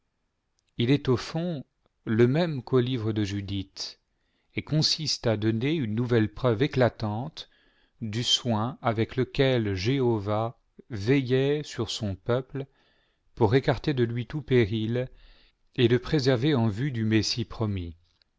il est au fond le même qu'au livre de judith et consiste à donner une nouvelle preuve éclatante du soin avec lequel jéhovah veillait sur son peuple pour écarter de lui tout péril et le préserver en vue du messie promis